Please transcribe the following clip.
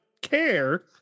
care